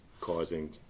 causing